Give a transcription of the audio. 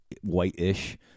white-ish